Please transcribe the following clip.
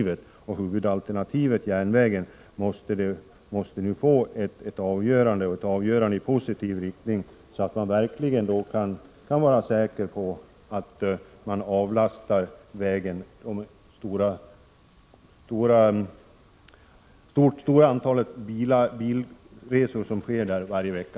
Frågan om upprustning av huvudalternativet järnvägen måste nu få ett avgörande i positiv riktning, så att man verkligen kan vara säker på att landsvägen avlastas det stora antal bilresor som sker där varje vecka.